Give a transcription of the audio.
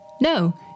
No